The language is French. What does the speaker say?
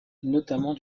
notamment